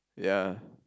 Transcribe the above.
ya